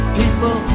people